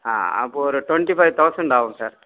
ஆ அப்போ ஒரு twenty five thousand ஆகும் சார்